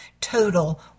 total